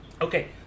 Okay